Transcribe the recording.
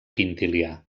quintilià